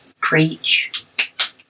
Preach